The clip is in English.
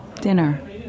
dinner